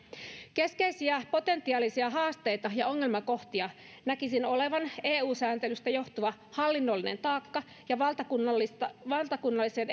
keskeisiä potentiaalisia haasteita ja ongelmakohtia näkisin olevan eu sääntelystä johtuva hallinnollinen taakka ja valtakunnallisen valtakunnallisen